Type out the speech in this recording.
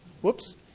Whoops